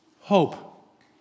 hope